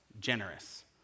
generous